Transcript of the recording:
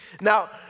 Now